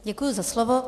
Děkuji za slovo.